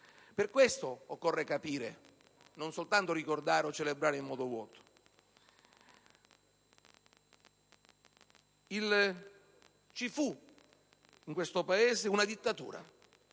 Per questo occorre capire e non soltanto ricordare o celebrare in modo vuoto. Nel nostro Paese ci fu una dittatura,